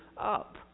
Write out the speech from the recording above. up